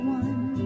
one